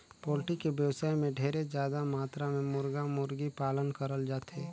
poultry के बेवसाय में ढेरे जादा मातरा में मुरगा, मुरगी पालन करल जाथे